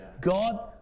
God